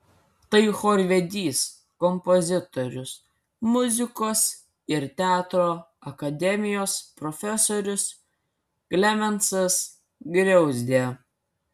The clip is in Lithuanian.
tai chorvedys kompozitorius muzikos ir teatro akademijos profesorius klemensas griauzdė